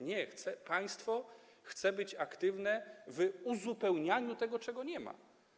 Nie, państwo chce być aktywne w uzupełnianiu tego, czego nie ma.